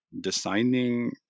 designing